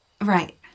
Right